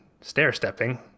stair-stepping